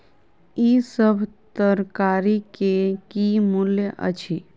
ई सभ तरकारी के की मूल्य अछि?